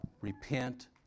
repent